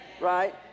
right